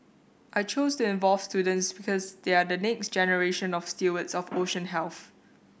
I chose to involve students because they are the next generation of stewards for ocean health